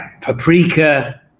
paprika